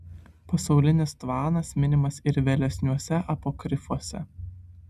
pasaulinis tvanas minimas ir vėlesniuose apokrifuose